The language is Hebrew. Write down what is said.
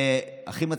והכי מצחיק,